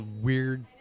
weird